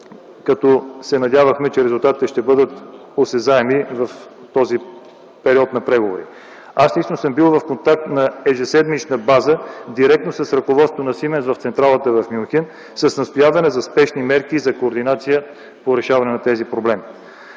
като се надявахме, че резултатите ще бъдат осезаеми в този период на преговори. Аз лично съм бил в контакт на ежеседмична база директно с ръководството на „Сименс” в централата в Мюнхен, с настояване за спешни мерки за координация по решаване на тези проблеми.